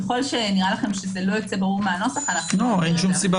ככל שנראה לכם שזה לא ברור מהנוסח- -- אין שום סיבה